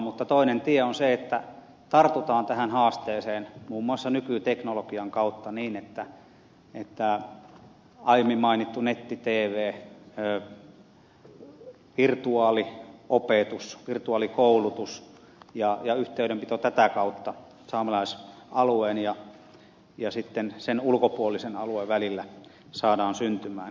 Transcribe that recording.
mutta toinen tie on se että tartutaan tähän haasteeseen muun muassa nykyteknologian kautta niin että aiemmin mainitun netti tvn avulla virtuaaliopetus virtuaalikoulutus ja yhteydenpito tätä kautta saamelaisalueen ja sen ulkopuolisen alueen välillä saadaan syntymään